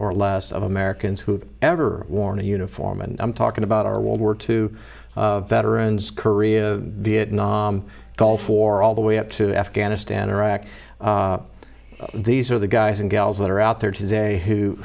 or less of americans who have ever worn a uniform and i'm talking about our world war two veterans korea vietnam gulf war all the way up to afghanistan iraq these are the guys and gals that are out there today who